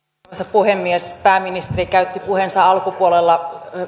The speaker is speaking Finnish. puhemies pääministeri käytti puheensa alkupuolella